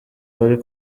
bari